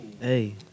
Hey